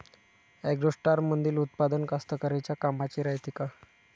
ॲग्रोस्टारमंदील उत्पादन कास्तकाराइच्या कामाचे रायते का?